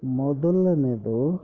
ಮೊದಲನೇದು